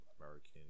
American